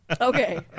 Okay